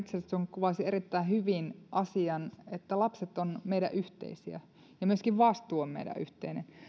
kuvasi erittäin hyvin sen asian että lapset ovat meidän yhteisiä ja myöskin vastuu on meidän yhteinen